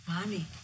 Mommy